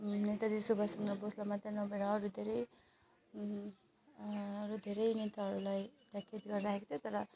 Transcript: नेताजी सुभाषचन्द्र बोसलाई मात्रै नभएर अरू धेरै अरू धेरै नेताहरूलाई त्यहाँ कैद गरेर राखेको थियो तर